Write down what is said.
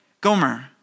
Gomer